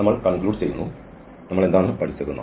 നമ്മൾ കൺക്ലൂട് ചെയ്യുന്നു നമ്മൾ എന്താണ് പഠിച്ചത്